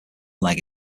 leg